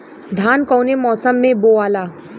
धान कौने मौसम मे बोआला?